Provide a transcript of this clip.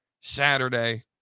Saturday